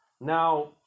Now